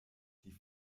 die